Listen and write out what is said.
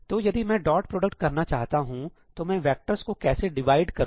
तो यदि मैं डॉट प्रोडक्ट करना चाहता हूं तो मैं वेक्टर्स को कैसे डिवाइड करूं